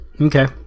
Okay